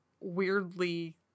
weirdly